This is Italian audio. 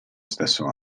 stesso